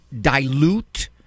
dilute